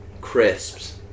crisps